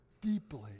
deeply